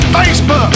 Facebook